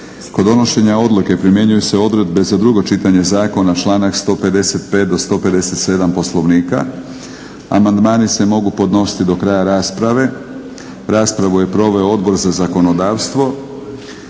Kod donošenja odluke primjenjuje se odredbe za drugo čitanje zakona članak 155. do 157. Poslovnika. Amandmani se mogu podnositi do kraja rasprave. Raspravu je proveo Odbor za zakonodavstvo.